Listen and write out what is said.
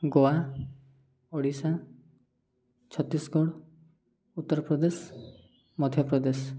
Goa Odisha Chhattisgarh Uttar Pradesh Madhya Pradesh